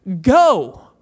go